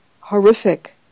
horrific